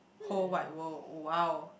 whole wide world !wow!